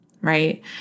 right